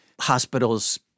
hospitals